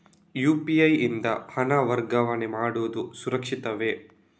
UPI ಯಿಂದ ಹಣ ವರ್ಗಾವಣೆ ಮಾಡುವುದು ಸುರಕ್ಷಿತವೇ?